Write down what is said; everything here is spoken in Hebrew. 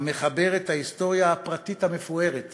המחבר את ההיסטוריה הפרטית המפוארת